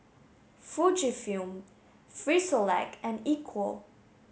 Fujifilm Frisolac and Equal